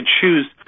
choose